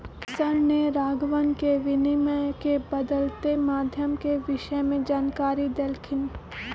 sir ने राघवन के विनिमय के बदलते माध्यम के विषय में जानकारी देल खिन